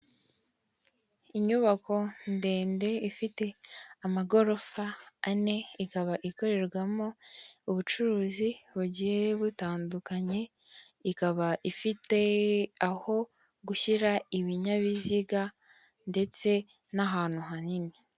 Inyubako ndende ifite amagorofa ane ikaba ikorerwamo ubucuruzi bugiye butandukanye ikaba ifite aho gushyira ibinyabiziga ndetse n'ahantu hanini.